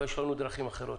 אבל יש לנו דרכים אחרות.